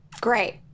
Great